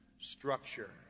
structure